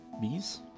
bees